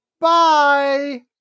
Bye